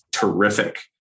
terrific